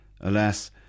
Alas